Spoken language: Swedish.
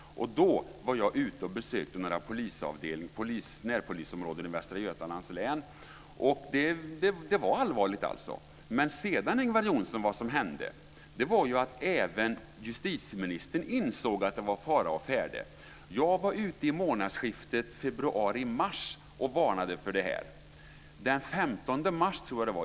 Då var jag ute och besökte några närpolisområden i Västra Götalands län, och då var det allvarligt. Vad som sedan hände, Ingvar Johnsson, var att även justitieministern insåg att det var fara å färde. Jag var ute i månadsskiftet februari/mars och varnade för detta.